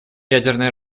ядерное